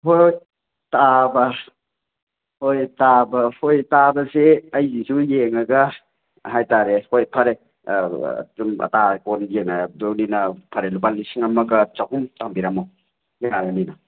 ꯍꯣꯏ ꯍꯣꯏ ꯇꯥꯕ ꯍꯣꯏ ꯇꯥꯕ ꯍꯣꯏ ꯇꯥꯕꯁꯦ ꯑꯩꯒꯤꯁꯨ ꯌꯦꯡꯉꯒ ꯍꯥꯏ ꯇꯥꯔꯦ ꯍꯣꯏ ꯐꯔꯦ ꯑꯗꯨꯝ ꯑꯇꯥ ꯑꯀꯣꯟ ꯌꯦꯡꯅꯗꯧꯅꯤꯅ ꯐꯔꯦ ꯂꯨꯄꯥ ꯂꯤꯁꯤꯡ ꯑꯃꯒ ꯆꯍꯨꯝ ꯊꯝꯕꯤꯔꯝꯃꯣ ꯌꯥꯔꯅꯤꯅ